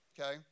okay